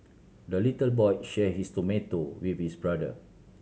the little boy shared his tomato with his brother